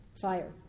fire